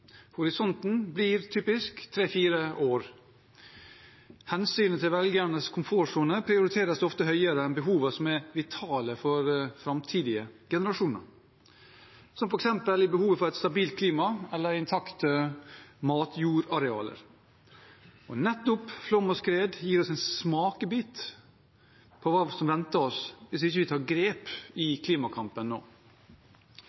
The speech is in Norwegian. Horisonten blir typisk tre–fire år. Hensynet til velgernes komfortsone prioriteres ofte høyere enn behovene som er vitale for framtidige generasjoner, som f.eks. behovet for et stabilt klima eller intakte matjordarealer. Nettopp flom og skred gir oss en smakebit på hva som venter oss hvis ikke vi tar grep i